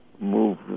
move